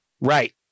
Right